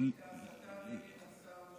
וצריך לגנות את ההסתה נגד שר המשפטים.